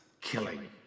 killing